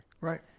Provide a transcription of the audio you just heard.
Right